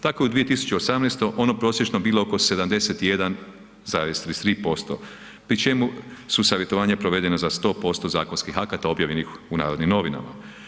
Tako je u 2018. ono prosječno bilo oko 71,33%, pri čemu su savjetovanja provedena za 100% zakonskih akata objavljenih u Narodnim novinama.